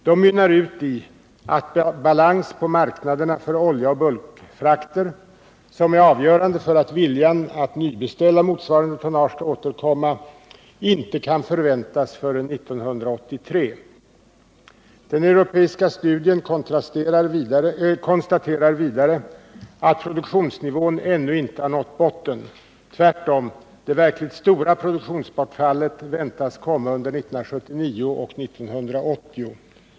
De mynnar ut i att balans på marknaden för oljeoch bulkfrakter — som är avgörande för att viljan att nybeställa motsvarande tonnage skall återkomma — inte kan förväntas förrän 1983. Den europeiska studien konstaterar vidare att produktionsnivån ännu inte nått botten — tvärtom: det verkligt stora produktionsbortfallet väntas komma under 1979 och 1980.